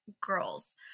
girls